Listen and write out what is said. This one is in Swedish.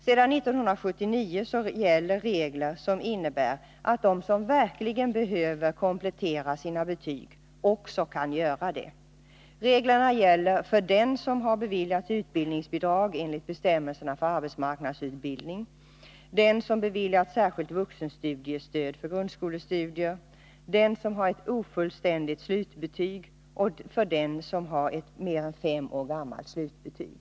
Sedan 1979 gäller regler som innebär att de som verkligen behöver komplettera sina betyg också kan göra det. Reglerna gäller för den som har beviljats utbildningsbidrag enligt bestämmelserna för arbetsmarknadsutbildning, den som beviljats särskilt vuxenstudiestöd för grundskolestudier, den som har ett ofullständigt slutbetyg och den som har ett mer än fem år gammalt slutbetyg.